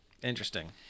Interesting